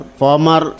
former